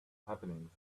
happenings